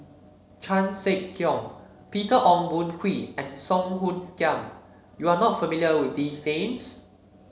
Chan Sek Keong Peter Ong Boon Kwee and Song Hoot Kiam you are not familiar with these names